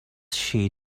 she